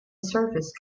service